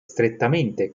strettamente